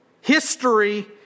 History